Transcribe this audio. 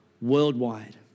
worldwide